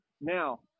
Now –